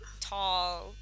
Tall